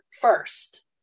first